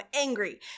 angry